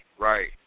Right